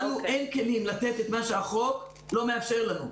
לנו אין כלים לתת את מה שהחוק לא מאפשר לנו.